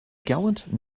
gallant